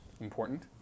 Important